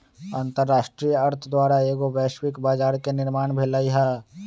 अंतरराष्ट्रीय अर्थ द्वारा एगो वैश्विक बजार के निर्माण भेलइ ह